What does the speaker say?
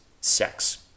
sex